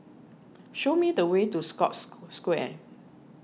show me the way to Scotts Square